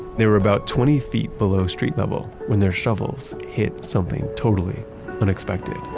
there were about twenty feet below street level when their shovels hit something totally unexpected. it